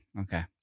okay